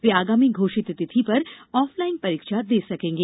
वे आगामी घोषित तिथि पर ऑफलाइन परीक्षा दे सकेंगे